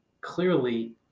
clearly